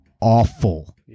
awful